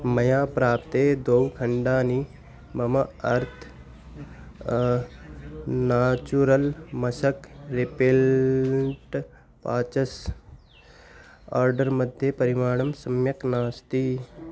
मया प्राप्ते द्वौ खण्डानि मम अर्थ् नाचुरल् मशकः रिपेल्ट् पाचस् आर्डर् मध्ये परिमाणं सम्यक् नास्ति